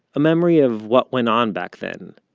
a memory of what went on back then.